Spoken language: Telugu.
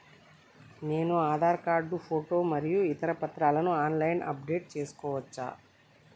నేను ఆధార్ కార్డు ఫోటో మరియు ఇతర పత్రాలను ఆన్ లైన్ అప్ డెట్ చేసుకోవచ్చా?